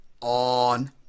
on